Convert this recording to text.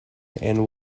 and